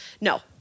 No